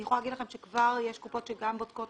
אני יכולה להגיד לכם שיש קופות שכבר בודקות